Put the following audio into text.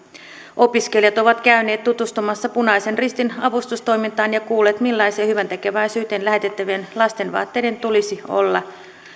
opiskelijat ovat käyneet tutustumassa punaisen ristin avustustoimintaan ja kuulleet millaisia hyväntekeväisyyteen lähetettävien lastenvaatteiden tulisi olla